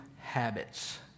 habits